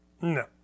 no